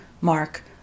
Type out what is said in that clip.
Mark